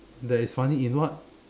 that is funny in what